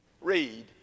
read